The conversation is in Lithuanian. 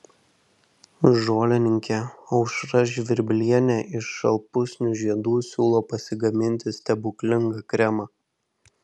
žolininkė aušra žvirblienė iš šalpusnių žiedų siūlo pasigaminti stebuklingą kremą